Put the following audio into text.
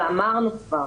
ואמרנו כבר,